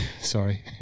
Sorry